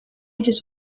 just